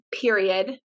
period